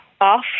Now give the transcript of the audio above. off